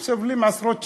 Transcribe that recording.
הם סובלים עשרות שנים.